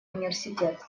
университет